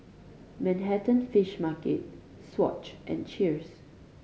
Manhattan Fish Market Swatch and Cheers